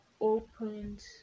opened